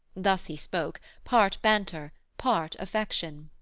thus he spoke, part banter, part affection.